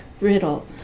riddle